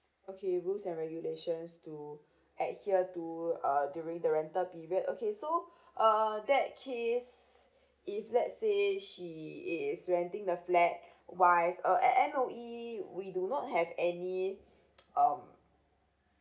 okay rules and regulations to adhere to uh during the rental period okay so uh that case if let's say she is renting the flat wise uh at M_O_E we do not have any um